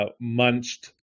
munched